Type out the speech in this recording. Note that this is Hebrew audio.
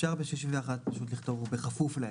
אפשר ב-61 לכתוב "ובכפוף להן".